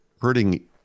hurting